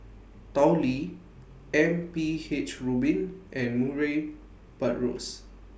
Tao Li M P H Rubin and Murray Buttrose